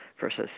versus